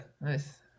nice